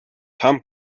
tom